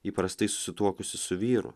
įprastai susituokusi su vyru